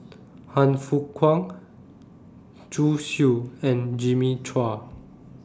Han Fook Kwang Zhu Xu and Jimmy Chua